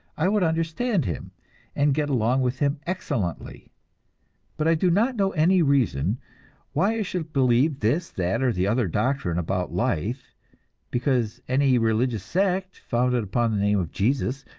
i would understand him and get along with him excellently but i do not know any reason why i should believe this, that, or the other doctrine about life because any religious sect, founded upon the name of jesus,